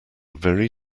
very